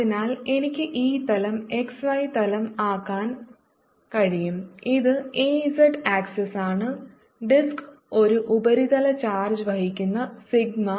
അതിനാൽ എനിക്ക് ഈ തലം x y തലം ആക്കാൻ കഴിയും ഇത് a z ആക്സിസ് ആണ് ഡിസ്ക് ഒരു ഉപരിതല ചാർജ് വഹിക്കുന്നു സിഗ്മ സിഗ്മ0 ഓവർ R